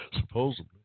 Supposedly